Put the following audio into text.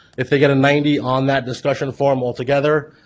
if they get a ninety on that discussion forum altogether,